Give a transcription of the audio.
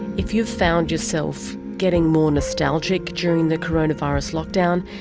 if you've found yourself getting more nostalgic during the coronavirus lockdown,